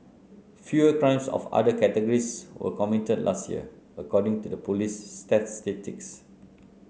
fewer crimes of other categories were committed last year according to the police's statistics